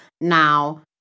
now